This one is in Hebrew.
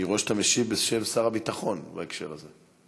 אני רואה שאתה משיב בשם שר הביטחון, בהקשר הזה.